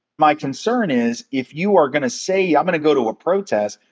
my concern is if you are gonna say, yeah i'm gonna go to a protest,